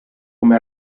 come